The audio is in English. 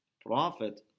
Prophet